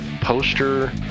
poster